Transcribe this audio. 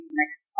next